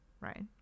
right